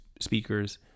speakers